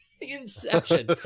Inception